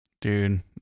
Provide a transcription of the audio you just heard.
Dude